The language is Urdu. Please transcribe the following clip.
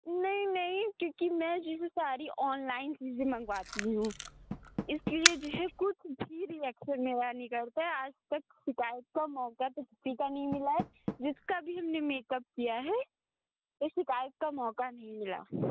نہیں نہیں کیونکہ میں چیزیں ساری آن لائن چیزیں منگواتی ہوں اس لیے جو ہے کچھ بھی ریئیکشن نیا نہیں کرتا آج تک شکایت کا موقع تو کسی کا نہیں ملا ہے جس کا بھی ہم نے میک اپ کیا ہے کوئی شکایت کا موقع نہیں ملا